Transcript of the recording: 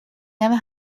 never